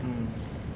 mmhmm